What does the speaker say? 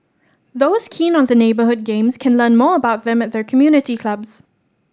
those keen on the neighbourhood games can learn more about them at their community clubs